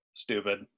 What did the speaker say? stupid